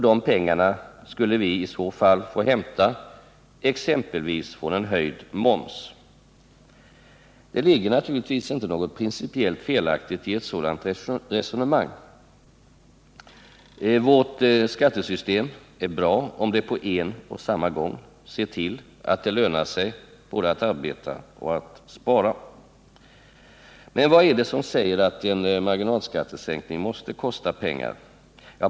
De pengarna skulle vi i så fall få hämta exempelvis från en höjd moms. Det ligger naturligtvis inte något principiellt felaktigt i ett sådant arrangemang. Vårt skatteystem är bra om det på en och samma gång ser till att det lönar sig både att arbeta och att spara. Men vad är det som säger att en marginalskattesänkning måste kosta pengar?